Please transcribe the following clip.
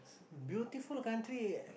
beautiful country